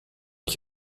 ich